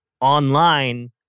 online